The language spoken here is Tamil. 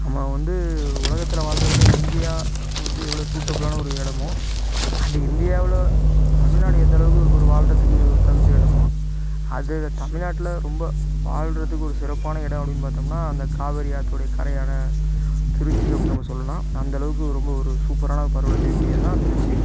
நம்ம வந்து உலகத்தில் வாழ்கிறதுல இந்தியா வந்து எவ்வளோ சூட்டபுளான ஒரு இடமோ அந்த இந்தியாவில் தமிழ்நாடு எந்த அளவுக்கு ஒரு வாழ்கிறதுக்கு ஒரு தகுந்த இடமோ அதில் தமிழ்நாட்டில் ரொம்ப வாழ்கிறதுக்கு ஒரு சிறப்பான இடம் அப்படின்னு பார்த்தோம்னா அந்த காவிரி ஆற்றோடைய கரையான திருச்சி அப்படின்னு நம்ம சொல்லெலாம் அந்த அளவுக்கு ரொம்ப ஒரு சூப்பரான பருவநிலை உடையது தான் திருச்சி